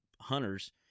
hunters